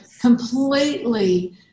completely